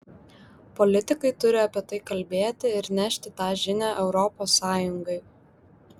politikai turi apie tai kalbėti ir nešti tą žinią europos sąjungai